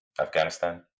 Afghanistan